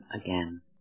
again